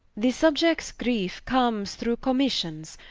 the subiects griefe comes through commissions,